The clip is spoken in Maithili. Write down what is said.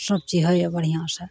सबचीज होइए बढ़िआँसे